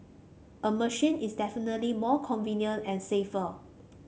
a machine is definitely more convenient and safer